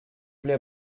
play